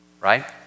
Right